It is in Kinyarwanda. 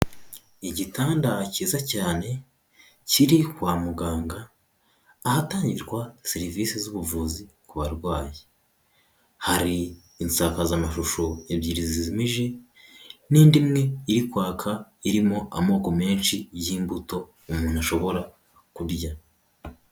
Igitanda kiza cyane kiri kwa muganga ahatangirwa serivisi z'ubuvuzi ku barwayi, hari insakazamashusho ebyiri zijimije, n'indimi iri kwaka irimo amoko menshi y'imbuto umuntu ashobora kurya.